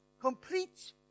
complete